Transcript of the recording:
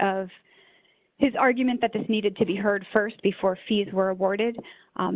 of his argument that this needed to be heard st before fees were awarded